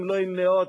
אם לא עם מאות,